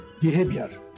Behavior